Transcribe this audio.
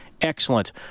excellent